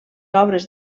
obres